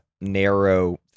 narrow